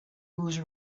those